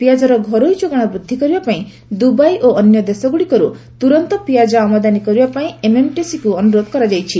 ପିଆଜର ଘରୋଇ ଯୋଗାଣ ବୃଦ୍ଧି କରିବା ପାଇଁ ଦୁବାଇ ଓ ଅନ୍ୟ ଦେଶଗୁଡ଼ିକରୁ ତୁରନ୍ତ ପିଆଜ ଆମଦାନୀ କରିବା ପାଇଁ ଏମ୍ଏମ୍ଟିସିକୁ ଅନୁରୋଧ କରାଯାଇଛି